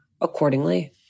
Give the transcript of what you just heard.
accordingly